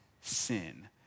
sin